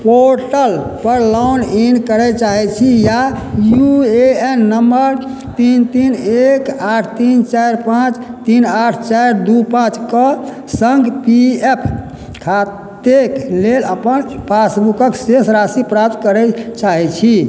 portal पर log in करै चाहै छी आ यू ए एन नंबर तीन तीन एक आठ तीन चारि पाँच तीन आठ चारि दू पाँचके संग पी एफ खाताक लेल अपन पासबुकक शेष राशि प्राप्त करै चाहैत छी